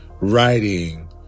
writing